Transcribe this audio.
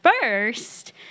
first